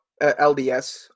LDS